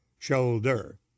Shoulder